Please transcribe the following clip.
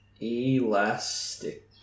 Elastic